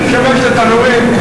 משמש לתנורים.